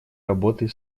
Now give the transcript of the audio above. работой